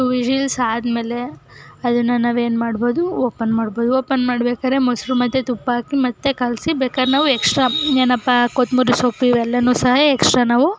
to whistles ಆದ್ಮೇಲೆ ಅದನ್ನು ನಾವೇನು ಮಾಡ್ಬೋದು ಓಪನ್ ಮಾಡ್ಬೋದು ಓಪನ್ ಮಾಡ್ಬೇಕಾದ್ರೆ ಮೊಸರು ಮತ್ತೆ ತುಪ್ಪ ಹಾಕಿ ಮತ್ತೆ ಕಲ್ಸಿ ಬೇಕಾರೆ ನಾವು ಎಕ್ಸ್ಟ್ರಾ ಏನಪ್ಪಾ ಕೊತ್ತಂಬ್ರಿ ಸೊಪ್ಪು ಇವೆಲ್ಲನೂ ಸಹ ಎಕ್ಸ್ಟ್ರಾ ನಾವು